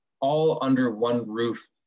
all-under-one-roof